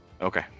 Okay